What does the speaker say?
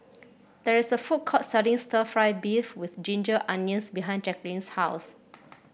there is a food court selling stir fry beef with Ginger Onions behind Jacklyn's house